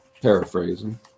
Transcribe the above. paraphrasing